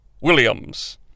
Williams